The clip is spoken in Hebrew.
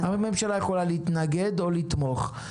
אבל ממשלה יכולה להתנגד או לתמוך.